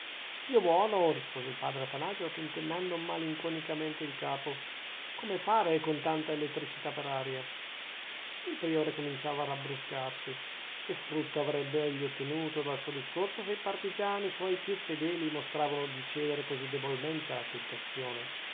dio buono rispose il padre atanasio tentennando malinconicamente il capo come fare con tanta elettricità per aria il priore cominciava a rabbruscarsi che frutto avrebbe egli ottenuto dal suo discorso se i partigiani suoi più fedeli mostravano di cedere così debolmente alla tentazione